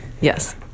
Yes